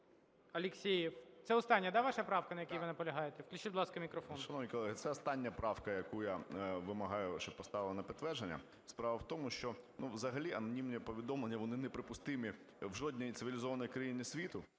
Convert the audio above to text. Алєксєєв. Це остання, да, ваша правка, на якій ви наполягаєте? Включіть, будь ласка, мікрофон. 17:30:27 АЛЄКСЄЄВ С.О. Шановні колеги, це остання правка, яку я вимагаю, щоб поставили на підтвердження. Справа в тому, що ну взагалі анонімні повідомлення вони неприпустимі в жодній цивілізованій країні світу.